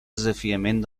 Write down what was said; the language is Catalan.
desafiament